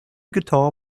guitar